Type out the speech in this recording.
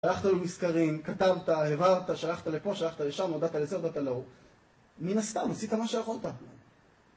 שלחת לו מזכרים, כתבת, העברת, שלחת לפה, שלחת לשם, הודעת לזה והודעת להוא. מן הסתם, עשית מה שיכולת.